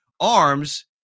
arms